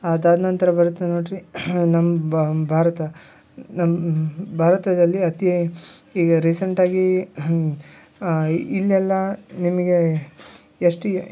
ಅದಾದ ನಂತರ ಬರುತ್ತೆ ನೋಡಿರಿ ನಮ್ಮ ಭಾರತ ನಮ್ಮ ಭಾರತದಲ್ಲಿ ಅತಿ ಈಗ ರೀಸೆಂಟಾಗಿ ಇಲ್ಲೆಲ್ಲ ನಿಮಗೆ ಎಷ್ಟು